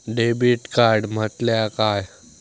Debit card म्हटल्या काय?